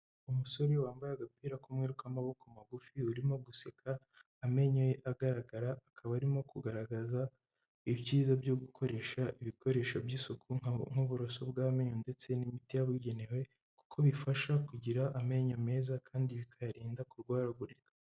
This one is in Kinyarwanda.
Umusore wambaye agapira k'umweru k'amaboko magufi urimo guseka, amenyo agaragara, akaba arimo kugaragaza ibyiza byo gukoresha ibikoresho by'isuku nk'uburoso bw'amenyo ndetse n'imiti yabugenewe kuko bifasha kugira amenyo meza kandi bikayarinda kurwaragurika.